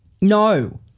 No